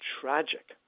tragic